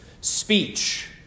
speech